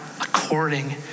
according